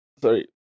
Sorry